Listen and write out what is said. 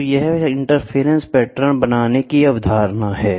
तो यह interference pattern बनाने की अवधारणा है